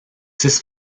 six